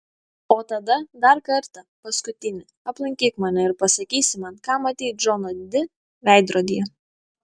o tada dar kartą paskutinį aplankyk mane ir pasakysi man ką matei džono di veidrodyje